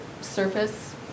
surface